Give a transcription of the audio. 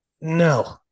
no